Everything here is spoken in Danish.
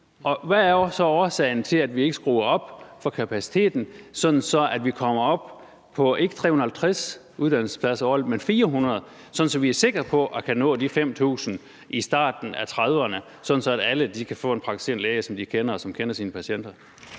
hvad er så årsagen til, at vi ikke skruer op for kapaciteten, sådan at vi kommer op på ikke 350 uddannelsespladser årligt, men 400, sådan at vi er sikre på at kunne nå de 5.000 i starten af 2030'erne, sådan at alle kan få en praktiserende læge, som de kender, og som kender sine patienter?